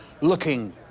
looking